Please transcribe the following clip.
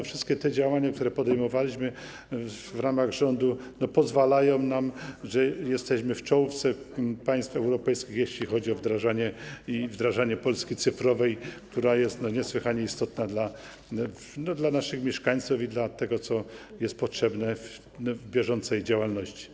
Wszystkie te działania, które podejmowaliśmy w ramach rządu, pozwalają nam, że jesteśmy w czołówce państw europejskich, jeśli chodzi o wdrażanie Polski cyfrowej, która jest niesłychanie istotna dla naszych mieszkańców i dla tego, co jest potrzebne w bieżącej działalności.